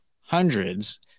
hundreds